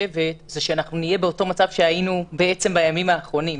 שאנחנו נהיה באותו מצב שהיינו בעצם בימים האחרונים.